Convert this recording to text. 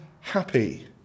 happy